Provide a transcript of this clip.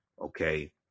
okay